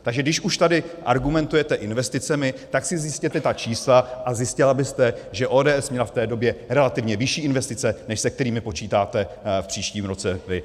Takže když už tady argumentujete investicemi, tak si zjistěte ta čísla, a zjistila byste, že ODS měla v té době relativně vyšší investice, než se kterými počítáte v příštím roce vy.